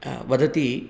वदति